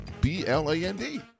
B-L-A-N-D